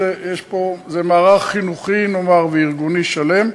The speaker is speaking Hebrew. זה מערך חינוכי וארגוני שלם.